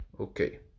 okay